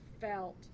felt